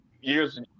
years